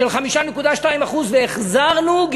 בסדר,